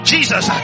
Jesus